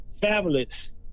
fabulous